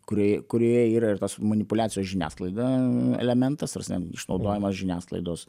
kuri kurioje yra ir tos manipuliacijos žiniasklaida elementas trasme išnaudojimas žiniasklaidos